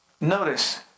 Notice